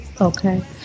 Okay